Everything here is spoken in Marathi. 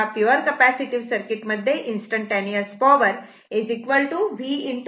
तेव्हा पिवर कपॅसिटीव्ह सर्किट मध्ये इन्स्टंटटेनीयस पॉवर v i अशी आहे